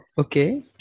okay